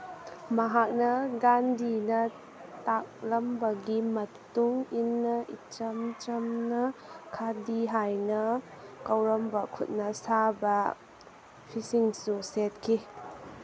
ꯃꯍꯥꯛꯅ ꯒꯥꯟꯙꯤꯅ ꯇꯥꯛꯂꯝꯕꯒꯤ ꯃꯇꯨꯡ ꯏꯟꯅ ꯏꯆꯝ ꯆꯝꯅ ꯈꯥꯗꯤ ꯍꯥꯏꯅ ꯀꯧꯔꯝꯕ ꯈꯨꯠꯅ ꯁꯥꯕ ꯐꯤꯁꯤꯡꯁꯨ ꯁꯦꯠꯈꯤ